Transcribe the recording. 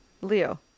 Leo